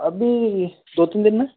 अभी दो तीन दिन में